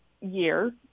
year